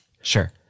Sure